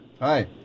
Hi